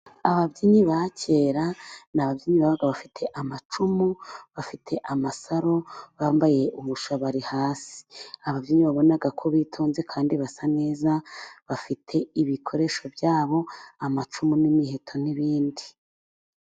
Ababyinnyi ba kera ni ababyinnyi babaga bafite amacumu, bafite amasaro, bambaye ubushabari hasi. Ababyinnyi wabonaga ko bitonze kandi basa neza. Bafite ibikoresho byabo amacumu n'imiheto n'ibindi.